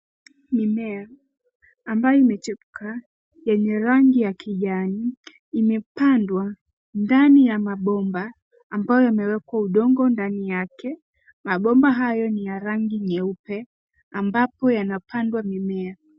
Mimea ambayo imechepuka yenye rangi ya kijani imepandwa ndani ya mabomba ambayo yamewekwa udongo ndani yake. Mabomba hayo ni ya rangi nyeupe ambapo yanapandwa mimea.